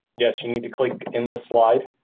yes, you need to click in the slide.